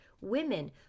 Women